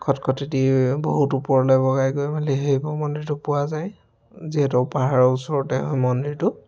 খটখটিয়েদি বহুত ওপৰলৈ বগাই গৈ মেলি শিৱ মন্দিৰটো পোৱা যায় যিহেতু পাহাৰৰ ওচৰতে মন্দিৰটো